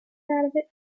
tarde